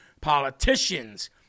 politicians